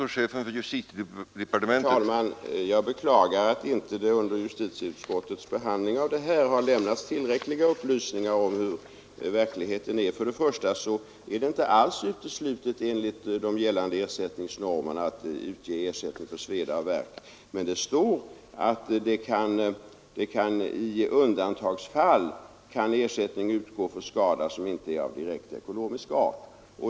Herr talman! Jag beklagar att det inte under justitieutskottets behandling har lämnats tillräckliga upplysningar om hurudan verkligheten är. Enligt gällande ersättningsnormer är det inte alls uteslutet att ge ersättning för sveda och värk. Men det står att i undantagsfall skall ersättning utgå för skada som inte är av direkt ekonomisk art.